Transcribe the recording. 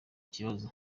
ikibazo